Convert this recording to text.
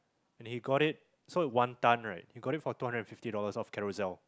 and he got it so one ton right he got it for two hundred fifty dollars of Carousell